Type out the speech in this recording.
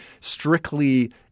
strictly